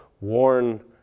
worn